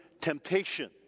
temptation